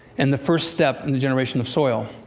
and the first step in the generation of soil.